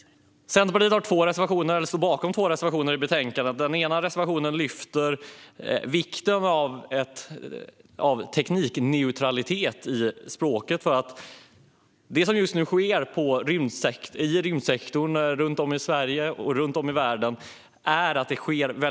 Centerpartiet står bakom två reservationer i betänkandet. Den ena reservationen lyfter fram vikten av teknikneutralitet i språket. Just nu sker det mycket i rymdsektorn runt om i Sverige och världen.